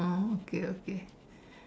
oh okay okay